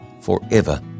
forever